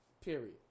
Period